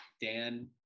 Dan